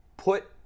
Put